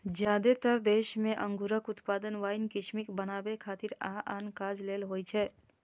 जादेतर देश मे अंगूरक उत्पादन वाइन, किशमिश बनबै खातिर आ आन काज लेल होइ छै